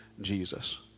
Jesus